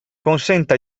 consente